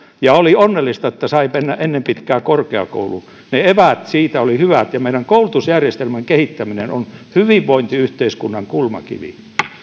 ja oli onnellista että sai mennä ennen pitkää korkeakouluun ne eväät siitä oli hyvät meidän koulutusjärjestelmän kehittäminen on hyvinvointiyhteiskunnan kulmakivi